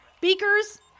Beakers